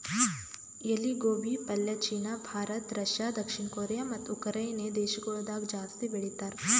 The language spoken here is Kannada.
ಎಲಿ ಗೋಬಿ ಪಲ್ಯ ಚೀನಾ, ಭಾರತ, ರಷ್ಯಾ, ದಕ್ಷಿಣ ಕೊರಿಯಾ ಮತ್ತ ಉಕರೈನೆ ದೇಶಗೊಳ್ದಾಗ್ ಜಾಸ್ತಿ ಬೆಳಿತಾರ್